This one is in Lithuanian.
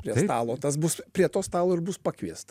prie stalo tas bus prie to stalo ir bus pakviesta